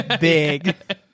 big